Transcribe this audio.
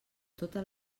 totes